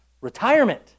retirement